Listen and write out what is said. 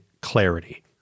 clarity